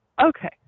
Okay